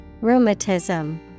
Rheumatism